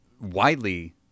widely